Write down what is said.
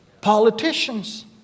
politicians